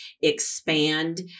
expand